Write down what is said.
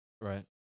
Right